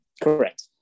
correct